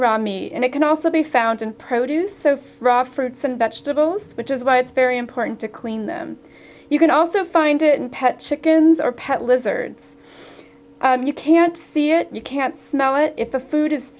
around me and it can also be found and produce so raw fruits and vegetables which is why it's very important to clean them you can also find it in pet chickens or pet lizards you can't see it you can't smell it if the food is